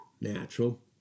Natural